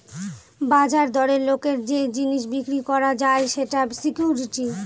বাজার দরে লোকের যে জিনিস বিক্রি করা যায় সেটা সিকুইরিটি